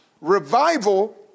Revival